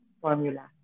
formula